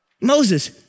Moses